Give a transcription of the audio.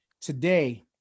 today